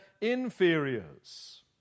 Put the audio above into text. inferiors